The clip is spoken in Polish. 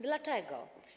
Dlaczego?